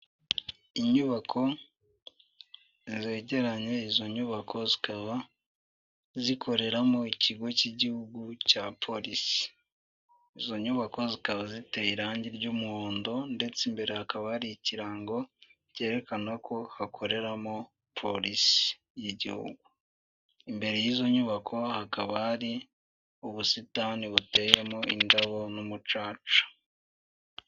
Inyubako zegeranye izo nyubako zikaba zikoreramo ikigo cy'igihugu cya Polisi izo nyubako zikaba ziteye irangi ry'umuhondo ndetse imbere hakaba hari ikirango cyerekana ko hakoreramo Polisi y'igihugu imbere y'izo nyubako hakaba hari ubusitani buteyemo indabo n'umucaca.